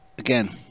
Again